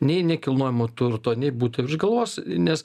nei nekilnojamo turto nei buto virš galvos nes